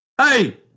Hey